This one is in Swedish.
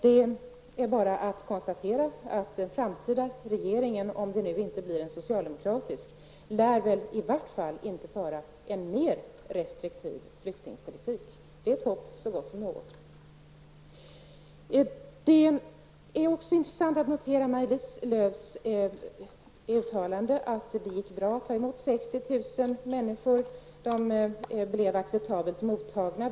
Det är bara att konstatera att den framtida regeringen, om den inte blir socialdemokratisk, i varje fall inte lär föra en mer restriktiv flyktingpolitik än nu. Det är ett hopp så gott som något. Det är intressant att notera Maj-Lis Lööws uttalande att det gick bra att ta emot 60 000 människor. De har blivit acceptabelt mottagna.